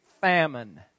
famine